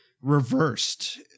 reversed